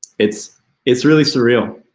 it's it's really surreal.